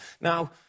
Now